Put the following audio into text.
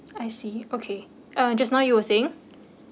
I see okay uh just now you were saying